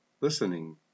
Listening